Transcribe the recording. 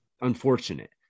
unfortunate